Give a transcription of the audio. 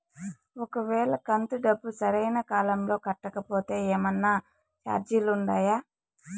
ఒక వేళ కంతు డబ్బు సరైన కాలంలో కట్టకపోతే ఏమన్నా చార్జీలు ఉండాయా?